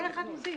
כל אחד מוסיף.